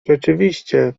rzeczywiście